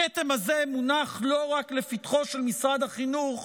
הכתם הזה מונח לא רק לפתחו של משרד החינוך,